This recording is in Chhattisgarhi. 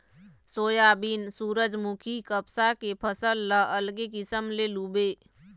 सोयाबीन, सूरजमूखी, कपसा के फसल ल अलगे किसम ले लूबे